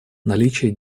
наличие